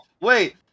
wait